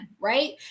Right